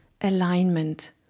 alignment